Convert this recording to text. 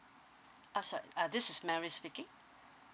uh sorry uh this is mary speaking